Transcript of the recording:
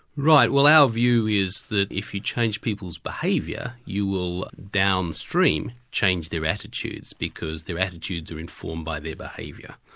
right. well our view is that if you change people's behaviour, you will downstream change their attitudes, because their attitudes are informed by their behavior.